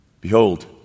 Behold